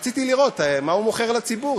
רציתי לראות מה הוא מוכר לציבור,